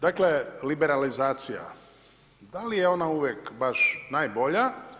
Dakle liberalizacija, da li je ona uvijek baš najbolja?